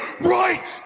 right